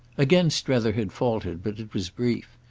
again strether had faltered, but it was brief.